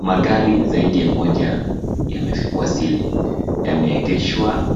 Magari zaidi ya moja yamewasili yameegeshwa